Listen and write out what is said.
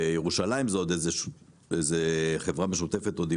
בירושלים זה עוד איזו חברה משותפת עם